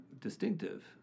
distinctive